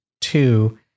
two